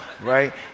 right